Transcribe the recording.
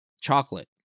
chocolate